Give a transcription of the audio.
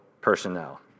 personnel